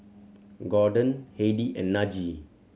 Gorden Heidi and Najee